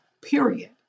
period